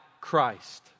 Christ